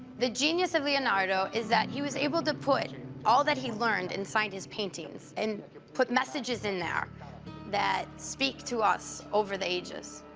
the genius of leonardo is that he was able to put and all that he learned inside his paintings and put messages in there that speak to us over the ages.